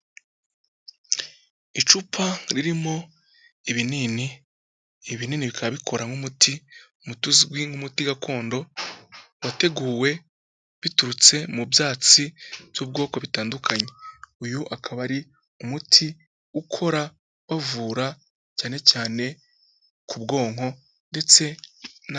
Icupa ririmo ibinini, ibi ibinini bikaba bikora nk'umuti, umuti uzwi nk'umuti gakondo wateguwe biturutse mu byatsi by'ubwoko butandukanye. Uyu akaba ari umuti ukora bavura cyane cyane ku bwonko.